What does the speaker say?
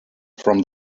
from